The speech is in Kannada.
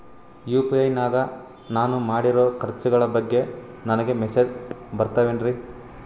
ಯು.ಪಿ.ಐ ನಾಗ ನಾನು ಮಾಡಿರೋ ಖರ್ಚುಗಳ ಬಗ್ಗೆ ನನಗೆ ಮೆಸೇಜ್ ಬರುತ್ತಾವೇನ್ರಿ?